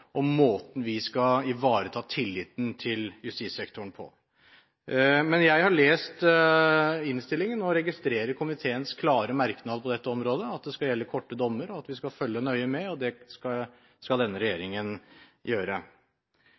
og måten vi skal ivareta tilliten til justissektoren på. Jeg har lest innstillingen og registrerer komiteens klare merknad på dette området; at det skal gjelde korte dommer, og at vi skal følge nøye med – det skal denne regjeringen gjøre.